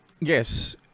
Yes